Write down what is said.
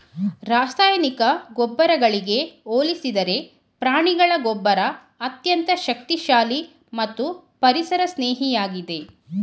ರಾಸಾಯನಿಕ ಗೊಬ್ಬರಗಳಿಗೆ ಹೋಲಿಸಿದರೆ ಪ್ರಾಣಿಗಳ ಗೊಬ್ಬರ ಅತ್ಯಂತ ಶಕ್ತಿಶಾಲಿ ಮತ್ತು ಪರಿಸರ ಸ್ನೇಹಿಯಾಗಿದೆ